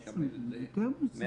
משתמשים בו יותר מידיי וזה לא בריא,